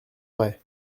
ray